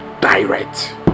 direct